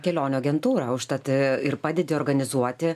kelionių agentūrą užtat ir padedi organizuoti